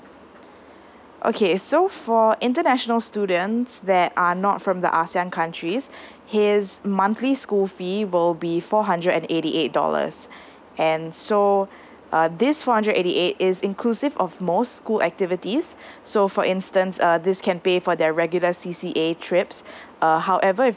okay so for international students that are not from the A_S_E_A_N countries his monthly school fee will be four hundred and eighty eight dollars and so uh this four hundred eighty eight is inclusive of most school activities so for instance uh this can pay for their regular C_C_A trips uh however if